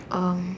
um